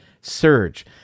surge